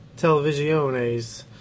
Televisiones